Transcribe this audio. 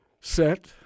set